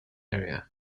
area